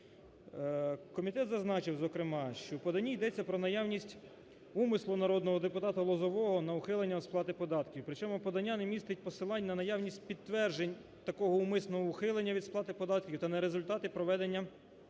Комітет зазначив зокрема, що в поданні йдеться про наявність умислу народного депутата Лозового на ухилення від сплати податків. Причому, подання не містить посилань на наявність підтверджень такого умисного ухилення від сплати податків та на результати проведення перевірок